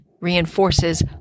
reinforces